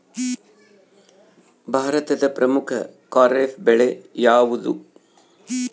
ಭಾರತದ ಪ್ರಮುಖ ಖಾರೇಫ್ ಬೆಳೆ ಯಾವುದು?